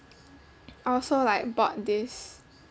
I also like bought this